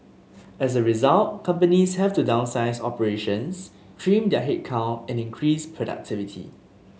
as a result companies have to downsize operations trim their headcount and increase productivity